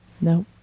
no